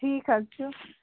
ٹھِیٖک حظ چھُ